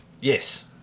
yes